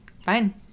fine